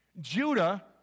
Judah